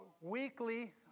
Weekly